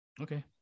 Okay